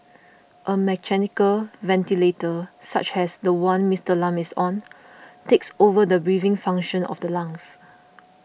a mechanical ventilator such as the one Mister Lam is on takes over the breathing function of the lungs